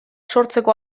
sortzeko